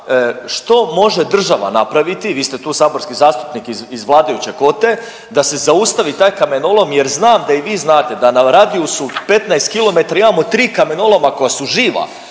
što može država napraviti, vi ste tu saborski zastupnik iz vladajuće kvote, da se zaustavi taj kamenolom jer znam da i vi znate da na radijusu od 15 km imamo 3 kamenoloma koja su živa,